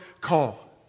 call